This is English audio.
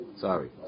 Sorry